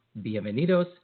Bienvenidos